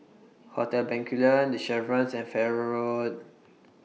Hotel Bencoolen The Chevrons and Farrer Road